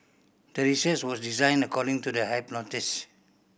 the research was designed according to the hypothesis